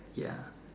ya